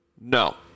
No